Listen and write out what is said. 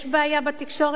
יש בעיה בתקשורת,